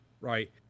Right